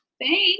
Thanks